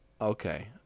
okay